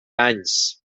anys